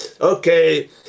okay